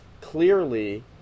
clearly